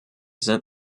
sind